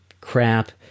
crap